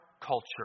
culture